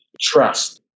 trust